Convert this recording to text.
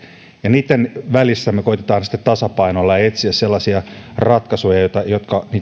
niitten välissä me koetamme tasapainoilla ja etsiä sellaisia ratkaisuja jotka